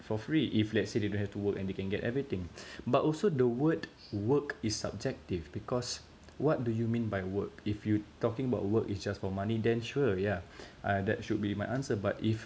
for free if let's say they don't have to work and they can get everything but also the word work is subjective because what do you mean by work if you talking about work is just for money then sure yeah uh that should be my answer but if